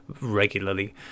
regularly